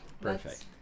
Perfect